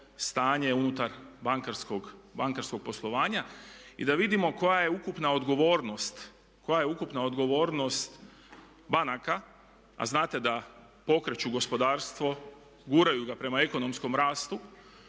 stanje unutar bankarskog poslovanja i da vidimo koja je ukupna odgovornost banaka, a znate da pokreću gospodarstvo, guraju ga prema ekonomskom rastu